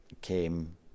came